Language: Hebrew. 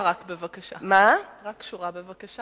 רק שורה בבקשה,